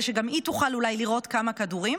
שגם היא תוכל אולי לירות כמה כדורים.